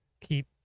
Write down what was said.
keep